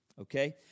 Okay